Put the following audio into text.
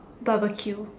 barbecue